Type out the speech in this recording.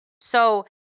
So-